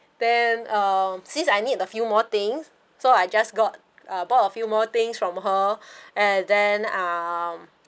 then um since I need a few more thing so I just got uh bought a few more things from her and then um